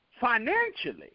financially